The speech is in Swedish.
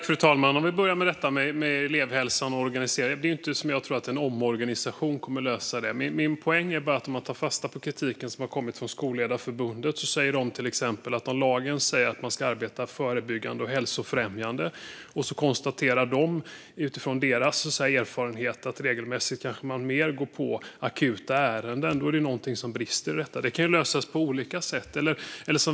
Fru talman! Jag börjar med organiseringen av elevhälsan. Jag tror inte att en omorganisation kommer att lösa det. Min poäng är bara att vi kan ta fasta på kritiken från Sveriges Skolledarförbund. Lagen säger att man ska arbeta förebyggande och hälsofrämjande, och de konstaterar utifrån deras erfarenhet att man regelmässigt kanske går mer på akuta ärenden. Då är det något som brister. Det kan lösas på olika sätt.